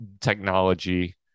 technology